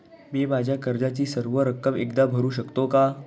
मी माझ्या कर्जाची सर्व रक्कम एकदा भरू शकतो का?